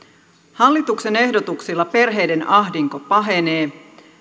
hallituksen ehdotuksilla perheiden ahdinko pahenee